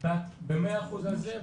ואת במאה אחוז על זה,